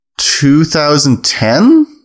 2010